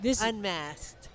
Unmasked